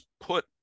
put